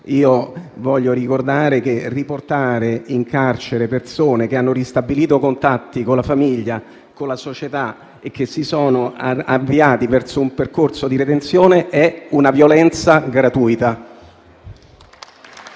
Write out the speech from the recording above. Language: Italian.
Voglio ricordare che riportare in carcere persone che hanno ristabilito contatti con la famiglia e con la società e che si sono avviati verso un percorso di redenzione è una violenza gratuita.